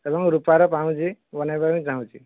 ଏବଂ ରୂପାର ପାଉଁଜି ବନେଇବା ପାଇଁ ଚାହୁଁଛି